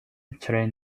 train